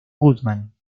goodman